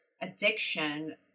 addiction